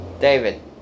David